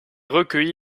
recueilli